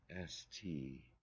S-T